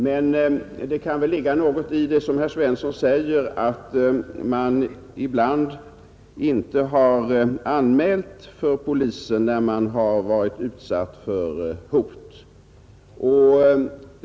Men det kan väl ligga något i det som heir Svensson säger om att de som varit utsatta för hot ibland inte har anmält det för polisen.